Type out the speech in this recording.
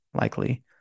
Likely